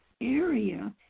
area